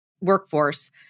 workforce